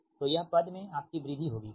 तो यह पद में आपकी वृद्धि होगी ठीक